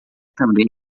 também